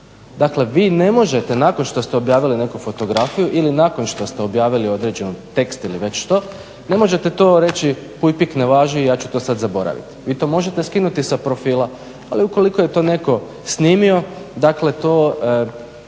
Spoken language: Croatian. Dakle, vi ne možete nakon što ste objavili neku fotografiju ili nakon što ste objavili određeni tekst ili već što ne možete to reći "puj pik ne važi", ja ću to sad zaboraviti. Vi to možete skinuti sa profila, ali ukoliko je to netko snimio, dakle to